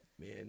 man